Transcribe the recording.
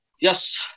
yes